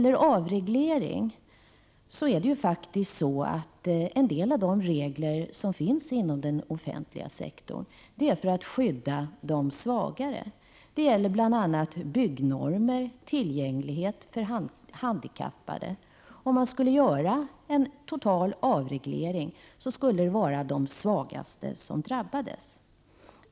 En del av de regler som finns inom den offentliga sektorn är till för att skydda de svagare. Det gäller bl.a. byggnormer och tillgänglighet för handikappade. Vid en total avreglering skulle de svagaste drabbas.